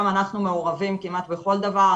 גם אנחנו מעורבים כמעט בכל דבר,